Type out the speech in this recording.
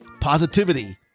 Positivity